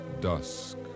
Dusk